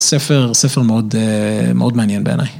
ספר מאוד מעניין בעיניי.